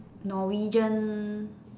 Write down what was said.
Norwegian